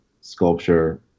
sculpture